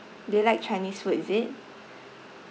they like chinese food is it